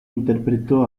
interpretó